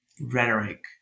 rhetoric